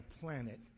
planet